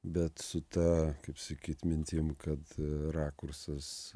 bet su ta kaip sakyt mintim kad rakursas